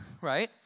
right